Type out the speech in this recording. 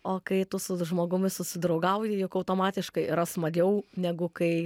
o kai tu su žmogumi susidraugauji juk automatiškai yra smagiau negu kai